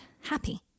happy